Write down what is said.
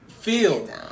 feel